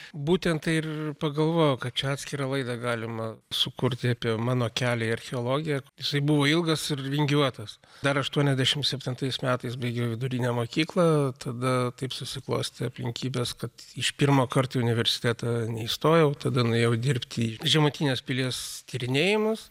būtent tai ir pagalvojau kad čia atskirą laidą galima sukurti apie mano kelią į archeologiją jisai buvo ilgas ir vingiuotas dar aštuoniasdešimt septintais metais baigiau vidurinę mokyklą tada taip susiklostė aplinkybės kad iš pirmo karto į universitetą neįstojau tada nuėjau dirbti į žemutinės pilies tyrinėjimus